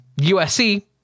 usc